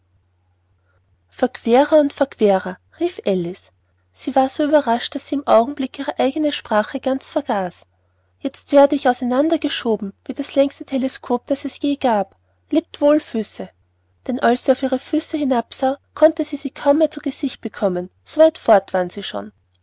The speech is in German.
und verquerer rief alice sie war so überrascht daß sie im augenblick ihre eigene sprache ganz vergaß jetzt werde ich auseinander geschoben wie das längste teleskop das es je gab lebt wohl füße denn als sie auf ihre füße hinabsah konnte sie sie kaum mehr zu gesicht bekommen so weit fort waren sie schon